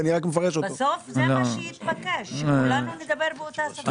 בסוף זה מה שיתבקש שכולנו נדבר באותה שפה.